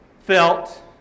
felt